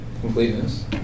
Completeness